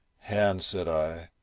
hand, said i,